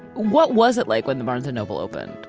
what was it like when the barnes and noble opened?